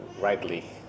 rightly